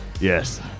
Yes